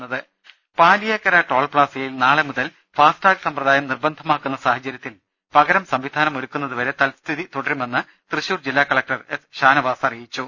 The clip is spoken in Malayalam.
രുട്ട്ട്ട്ട്ട്ട്ട്ട്ട്ട്ട പാലിയേക്കര ടോൾ പ്ലാസയിൽ നാളെ മുതൽ ഫാസ്ടാഗ് സമ്പ്രദായം നിർബന്ധമാക്കുന്ന സാഹചര്യത്തിൽ പകരം സംവിധാനമൊരുക്കുന്നതുവരെ തൽസ്ഥിതി തുടരുമെന്ന് തൃശൂർ ജില്ലാ കലക്ടർ എസ് ഷാനവാസ് അറിയി ച്ചു